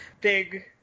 big